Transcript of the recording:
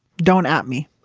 don't at me,